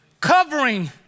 covering